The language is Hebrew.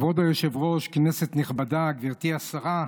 כבוד היושב-ראש, כנסת נכבדה, גברתי השרה,